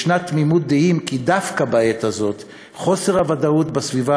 יש תמימות דעים שדווקא בעת הזאת חוסר הוודאות בסביבה